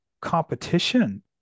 competition